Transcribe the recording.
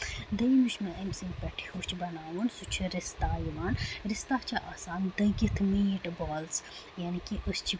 دٔیُم یُس مےٚ أمۍ سٕندۍ پٮ۪ٹھ ہٮ۪وٚچھ بَناوُن سُہ چھُ رِستا یِوان رِستا چھُ آسان دٔگِتھ میٖٹ بالٕز یعنے کہِ أسۍ چھِ پیٖسان